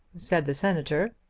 said the senator.